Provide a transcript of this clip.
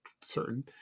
certain